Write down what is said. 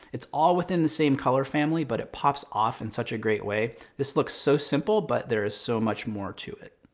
it's all within the same color family, but it pops off in such a great way. this looks so simple, but there's so much more to it.